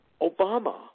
Obama